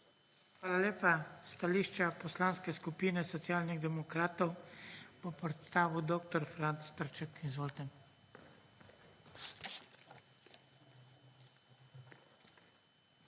Hvala lepa. Stališče Poslanske skupine Socialnih demokratov bo predstavil dr. Franc Trček. Izvolite. **DR.